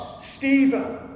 Stephen